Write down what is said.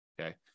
Okay